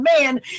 man